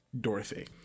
Dorothy